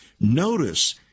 Notice